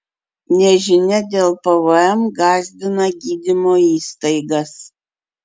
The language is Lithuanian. nežinia dėl pvm gąsdina gydymo įstaigas